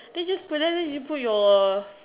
then just couldn't you put your